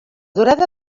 durada